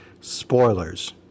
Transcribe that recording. spoilers